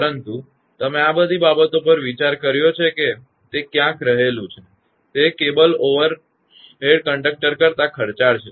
પરંતુ તમે આ બધી બાબતો પર વિચાર કર્યો છે કે ત્યા કંઇક રહેલુ છે તે કેબલ ઓવરહેડ કંડક્ટર કરતા ખર્ચાળ છે